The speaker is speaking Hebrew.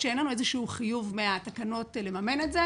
שאין לנו איזשהו חיוב מהתקנות לממן את זה,